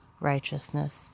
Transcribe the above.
righteousness